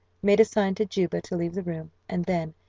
made a sign to juba to leave the room, and then,